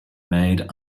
made